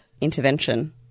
intervention